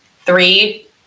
Three